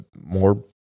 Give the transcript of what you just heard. more